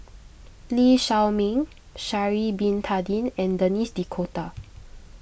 Lee Shao Meng Sha'ari Bin Tadin and Denis D'Cotta